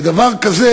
ודבר כזה,